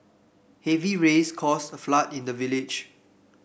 heavy rains caused a flood in the village